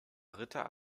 ritter